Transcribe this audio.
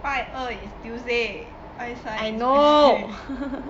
拜二 is tuesday 拜三 is wednesday